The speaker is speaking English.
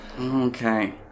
Okay